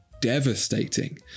devastating